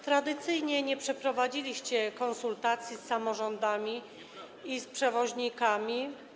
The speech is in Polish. Tradycyjnie nie przeprowadziliście konsultacji z samorządami i przewoźnikami.